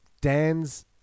Dan's